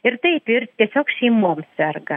ir taip ir tiesiog šeimom serga